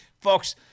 Folks